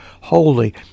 holy